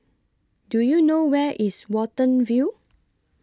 Do YOU know Where IS Watten View